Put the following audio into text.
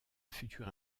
future